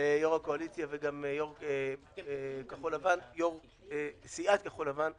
יושב-ראש הקואליציה וגם עם יושב-ראש סיעת כחול לבן,